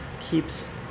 keeps